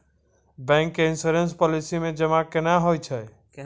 Bank के insurance policy मे जमा केना होय छै?